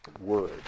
word